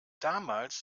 damals